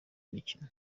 mikino